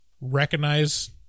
recognize